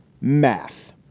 math